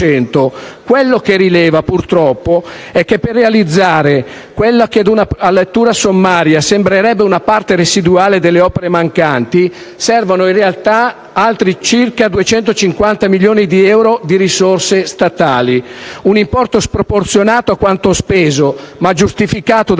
Quello che rileva, purtroppo, è che per realizzare quella che, ad una lettura sommaria, sembrerebbe una parte residuale delle opere mancanti servono in realtà altri circa 250 milioni di euro di risorse statali, un importo sproporzionato rispetto a quanto speso, ma giustificato dal fatto